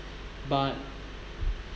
but